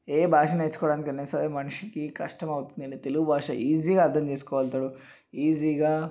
ఏ భాష నేర్చుకోవడానికి అయినాసరే మనిషికి కష్టమవుతుంది అండి తెలుగుభాష ఈజీగా అర్థం చేసుకోగలుగుతాడు ఈజీగా